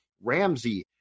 Ramsey